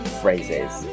phrases